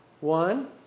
One